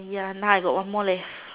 ya now I got one more left